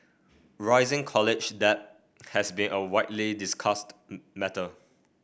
rising college debt has been a widely discussed matter